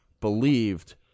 believed